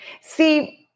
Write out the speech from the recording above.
See